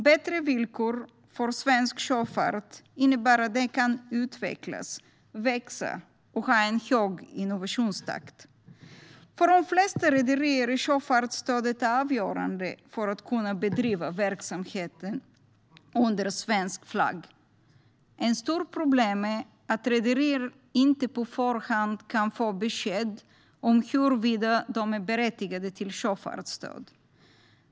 Bättre villkor för svensk sjöfart innebär att den kan utvecklas, växa och ha en hög innovationstakt. För de flesta rederier är sjöfartsstödet avgörande för att de ska kunna bedriva verksamheten under svensk flagg. Ett stort problem är att rederier inte på förhand kan få besked om huruvida de är berättigade till sjöfartsstöd.